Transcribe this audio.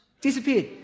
disappeared